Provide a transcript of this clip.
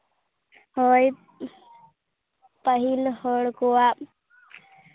ᱦᱳᱭ ᱯᱟᱹᱦᱤᱞ ᱦᱚᱲ ᱠᱚᱣᱟᱜ